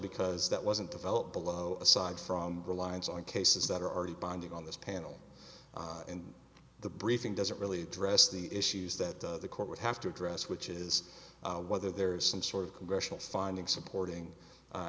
because that wasn't developed below aside from reliance on cases that are already binding on this panel and the briefing doesn't really address the issues that the court would have to address which is whether there is some sort of congressional finding supporting